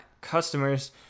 customers